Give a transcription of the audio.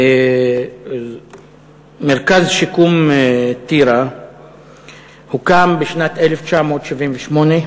מרכז שיקום טירה הוקם בשנת 1978,